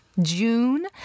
June